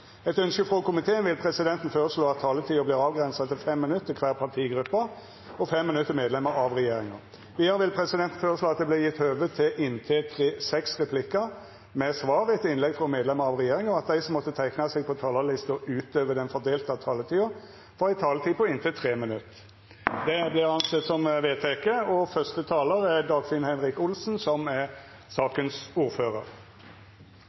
Etter ynske frå komiteen vil presidenten føreslå at taletida vert avgrensa til 5 minutt til kvar partigruppe og 5 minutt til medlemer av regjeringa. Vidare vil presidenten føreslå at det vert gjeve høve til inntil seks replikkar med svar etter innlegg frå medlemer av regjeringa, og at dei som måtte teikna seg på talarlista utover den fordelte taletida, får ei taletid på inntil 3 minutt. – Det er vedteke.